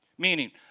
Meaning